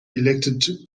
elected